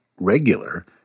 regular